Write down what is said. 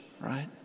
right